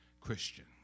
Christian